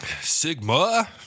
sigma